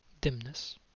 dimness